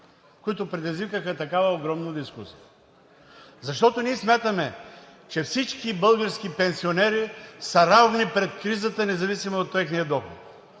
които предизвикаха такава огромна дискусия? Защото ние смятаме, че всички български пенсионери са равни пред кризата независимо от техния доход.